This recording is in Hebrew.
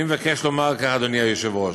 אני מבקש לומר כך, אדוני היושב-ראש: